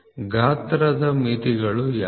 ಗಾತ್ರದ ಮಿತಿಗಳು ಯಾವುವು